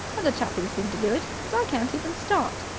other chappies seem to do it, but i can't even start.